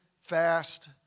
fast